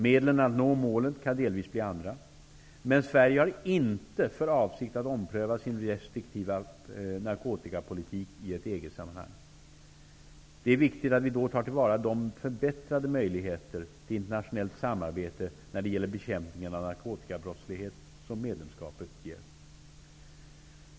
Medlen att nå målet kan bli delvis andra, men Sverige har inte för avsikt att ompröva sin restriktiva narkotikapolitik i ett EG-sammanhang. Det är viktigt att vi då tar till vara de förbättrade möjligheter till internationellt samarbete när det gäller bekämpningen av narkotikabrottslighet som EG-medlemskap ger.